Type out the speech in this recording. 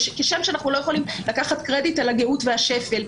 כשם שאנחנו לא יכולים לקחת קרדיט על הגאות והשפל.